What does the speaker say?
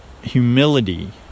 humility